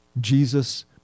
Jesus